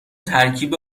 ترکیب